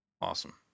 Awesome